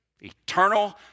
Eternal